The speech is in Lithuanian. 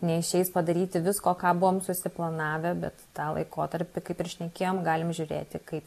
neišeis padaryti visko ką buvom susiplanavę bet tą laikotarpį kaip ir šnekėjom galim žiūrėti kaip